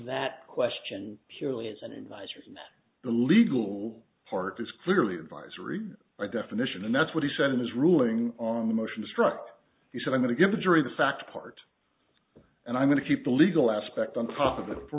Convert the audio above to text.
that question purely as an invite the legal part is clearly advisory by definition and that's what he said in his ruling on the motion struck he said i'm going to give the jury the fact part and i'm going to keep the legal aspect on top of it for